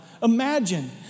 Imagine